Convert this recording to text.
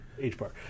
h-bar